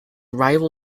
rival